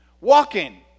Walking